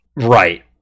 Right